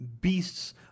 beasts